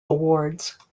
awards